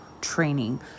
training